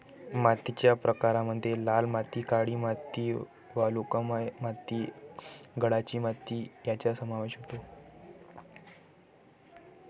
मातीच्या प्रकारांमध्ये लाल माती, काळी माती, वालुकामय माती, गाळाची माती यांचा समावेश होतो